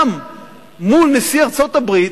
גם מול נשיא ארצות-הברית,